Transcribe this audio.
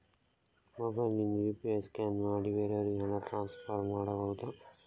Mobile ನಿಂದ UPI scan ಮಾಡಿ ಬೇರೆಯವರಿಗೆ ಹಣ ಟ್ರಾನ್ಸ್ಫರ್ ಮಾಡಬಹುದ?